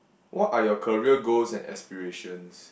what are your career goals and aspirations